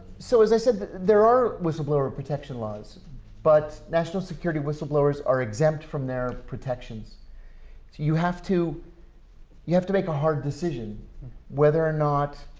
so as i said, that there are whistleblower protection laws but national security whistleblowers are exempt from their protections. so you have to you have to make a hard decision whether or not